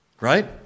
Right